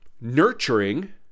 nurturing